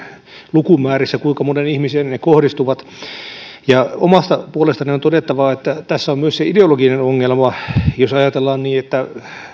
lukumäärissä kuinka moneen ihmiseen ne kohdistuvat omasta puolestani on todettava että tässä on myös se ideologinen ongelma jos ajatellaan niin että